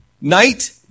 night